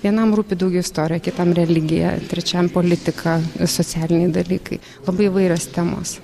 vienam rūpi daug istorija kitam religija trečiam politika socialiniai dalykai labai įvairios temos